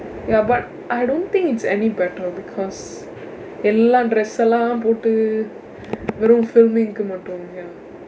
ya but I don't think any better because எல்லாம்:ellaam dress எல்லாம் போட்டு வெறும்:ellaam pottu verum filming-ku மட்டும்:matdum ya